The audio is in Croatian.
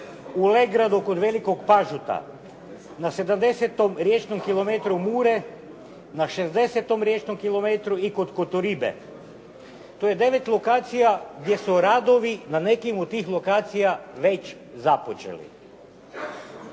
u Legradu kod Velikog Pažuta, 70. riječnom kilometru Mure, na 60. riječnom kilometru i kod Kotoribe. To je 9 lokacija gdje su radovi na nekim od tih lokacija već započeli.